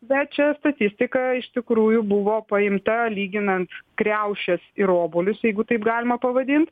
bet čia statistika iš tikrųjų buvo paimta lyginant kriaušes ir obuolius jeigu taip galima pavadint